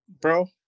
bro